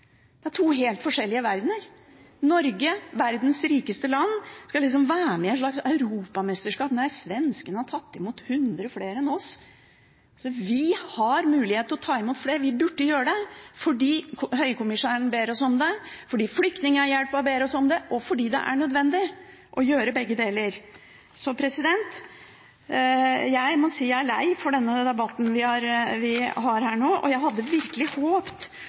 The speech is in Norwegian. to helt forskjellige verdener. Norge, verdens rikeste land, skal liksom være med i et slags europamesterskap: Nei, svenskene har tatt imot 100 flere enn oss. Vi har mulighet til å ta imot flere. Vi burde gjøre det – fordi høykommissæren ber oss om det, fordi Flyktninghjelpen ber oss om det, og fordi det er nødvendig å gjøre begge deler. Jeg må si jeg er lei for denne debatten vi har her nå, og jeg hadde virkelig